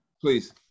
please